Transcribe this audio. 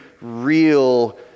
real